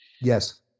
Yes